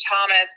Thomas